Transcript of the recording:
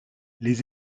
les